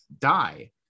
die